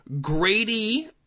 Grady